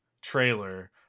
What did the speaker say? trailer